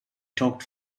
talked